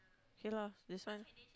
okay lor this one